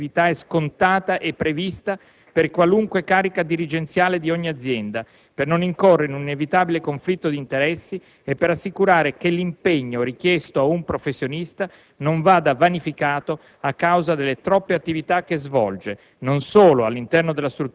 Del resto, la regola dell'esclusività è scontata e prevista per qualunque carica dirigenziale di ogni azienda, per non incorrere in un inevitabile conflitto di interessi e per assicurare che l'impegno richiesto ad un professionista non vada vanificato a causa delle troppe attività che svolge,